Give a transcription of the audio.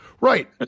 Right